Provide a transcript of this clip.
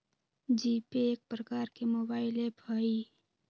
GPay एक प्रकार के मोबाइल ऐप हइ